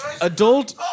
adult